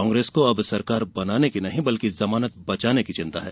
कांग्रेस को अब सरकार बनाने की नहीं बल्कि जमानत बचाने की चिंता है